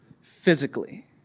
physically